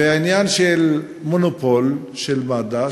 ועניין של מונופול של מד"א,